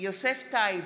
יוסף טייב,